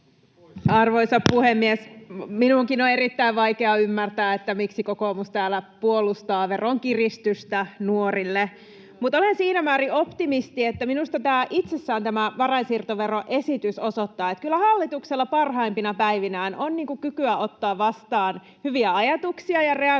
Arvoisa puhemies! Minunkin on erittäin vaikea ymmärtää, miksi kokoomus täällä puolustaa veronkiristystä nuorille. Mutta olen siinä määrin optimisti, että minusta tämä varainsiirtoveroesitys itsessään osoittaa, että kyllä hallituksella parhaimpina päivinään on kykyä ottaa vastaan hyviä ajatuksia ja reagoida